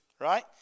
right